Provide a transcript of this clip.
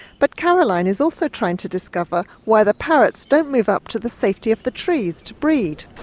but caroline is also trying to discover why the parrots don't move up to the safety of the trees to breed.